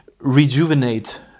rejuvenate